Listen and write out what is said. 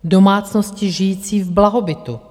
Domácnosti žijící v blahobytu.